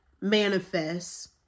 manifest